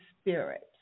Spirit